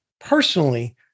personally